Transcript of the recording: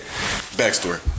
backstory